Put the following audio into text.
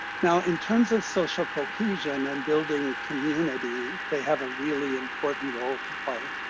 now, in terms of social cohesion and building community, they have a really important role to play.